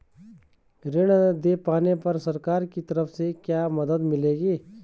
ऋण न दें पाने पर सरकार की तरफ से क्या मदद मिलेगी?